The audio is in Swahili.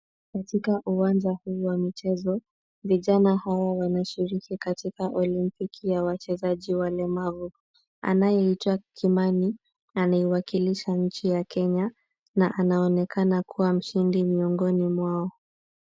Katika uwanja huu wa michezo, vijana hawa wanashiriki katika olimpiki ya wachezaji walemavu. Anayeitwa kimani, anaiwakilisha nchi ya Kenya na anaonekana kuwa mshindi miongoni mwao.